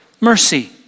mercy